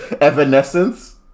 evanescence